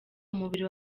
umubiri